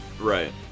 Right